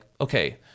okay